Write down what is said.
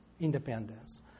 independence